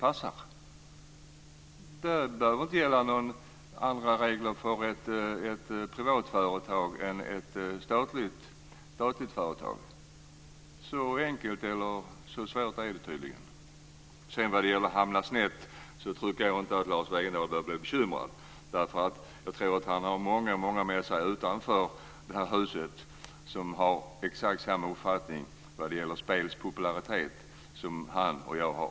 Det behöver inte gälla några andra regler för ett privat företag än för ett statligt bolag. Så enkelt, eller så svårt, är det tydligen. När det gäller att hamna snett tycker jag inte att Lars Wegendal behöver vara bekymrad. Han har många med sig utanför det här huset som har exakt samma uppfattning om olika spels popularitet som han och jag har.